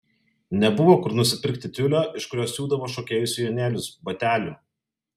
nebuvo kur nusipirkti tiulio iš kurio siūdavo šokėjų sijonėlius batelių